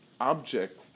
object